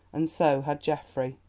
and so had geoffrey.